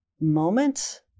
moment